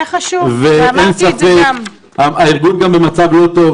אין ספק שהארגון במצב לא טוב,